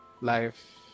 life